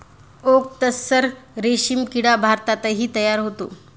okay tussar रेशीम किडा भारतातही तयार होतो